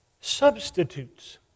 substitutes